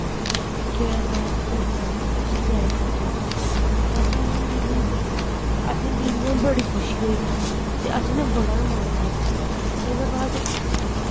भी केह् होएआ साढ़ा स्कूल ना इक बारी ना फर्स्ट बी आई उट्ठा हा एह्दे बिच्च ते असें इ'यां असें दिलै असें दिलै दा बड़ी खुशी होई ते असें ई ना बड़ा गै मज़ा आया भी ओह्दे बाद